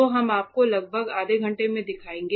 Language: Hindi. तो हम आपको लगभग आधे घंटे में दिखाएंगे